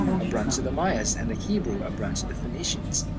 a branch of the mayas, and the hebrew, a branch of the phoenician.